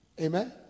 Amen